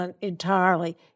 entirely